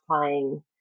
playing